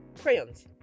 crayons